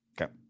Okay